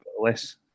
less